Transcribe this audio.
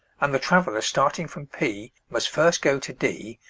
and the traveller starting from p must first go to d,